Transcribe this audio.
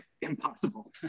impossible